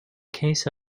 case